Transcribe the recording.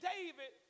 David